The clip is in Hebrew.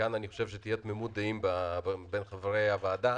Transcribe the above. וכאן אני חושב שתהיה תמימות דעים בין חברי הוועדה.